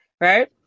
Right